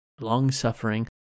long-suffering